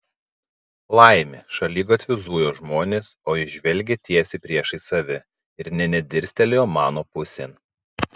laimė šaligatviu zujo žmonės o jis žvelgė tiesiai priešais save ir nė nedirstelėjo mano pusėn